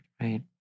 Right